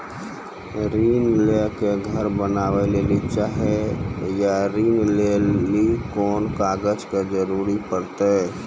ऋण ले के घर बनावे लेली चाहे या ऋण लेली कोन कागज के जरूरी परतै?